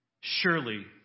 Surely